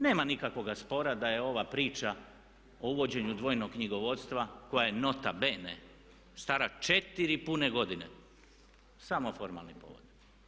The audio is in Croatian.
Nema nikakvog spora da je ova priča o uvođenju dvojnog knjigovodstva koja je nota bene stara 4 pune godine samo formalni povod.